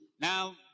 Now